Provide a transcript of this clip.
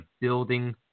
building